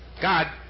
God